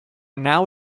now